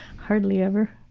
hardly ever,